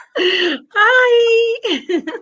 Hi